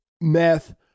meth